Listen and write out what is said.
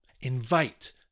Invite